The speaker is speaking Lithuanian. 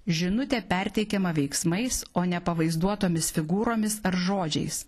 žinutė perteikiama veiksmais o ne pavaizduotomis figūromis ar žodžiais